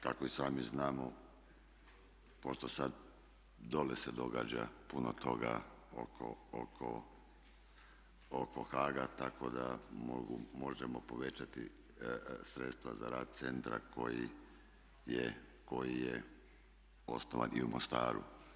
Kako i sami znamo pošto sad dole se događa puno toga oko Haaga tako da možemo povećati sredstva za rad centra koji je osnovan i u Mostaru.